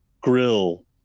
Grill